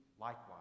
likewise